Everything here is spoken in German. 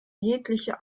jegliche